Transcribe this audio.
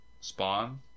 Spawn